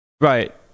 Right